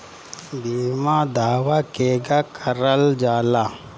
बीमा दावा केगा करल जाला?